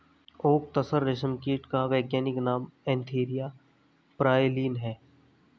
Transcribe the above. okay तसर रेशम कीट का वैज्ञानिक नाम एन्थीरिया प्राइलीन है